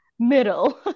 middle